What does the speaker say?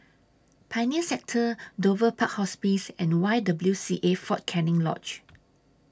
Pioneer Sector Dover Park Hospice and Y W C A Fort Canning Lodge